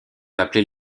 appelés